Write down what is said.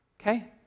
okay